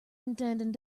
intending